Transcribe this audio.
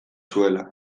zuela